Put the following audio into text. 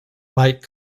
might